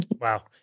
Wow